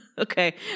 Okay